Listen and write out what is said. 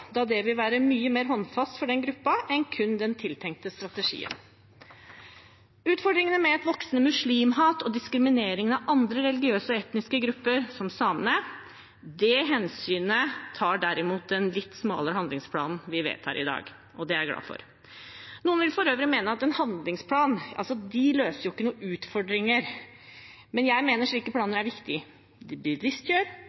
da det vil være mye mer håndfast for den gruppen enn kun den tiltenkte strategien. Utfordringene med et voksende muslimhat og diskriminering av andre religiøse og etniske grupper, som samene – det tar derimot den litt smalere handlingsplanen vi vedtar i dag, hensyn til, og det er jeg glad for. Noen vil for øvrig mene at handlingsplaner ikke løser noen utfordringer, men jeg mener slike